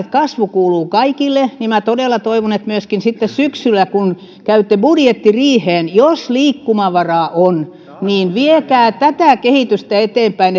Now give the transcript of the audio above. kasvu kuuluu kaikille niin minä todella toivon että myöskin sitten syksyllä kun käytte budjettiriiheen jos liikkumavaraa on viette tätä kehitystä eteenpäin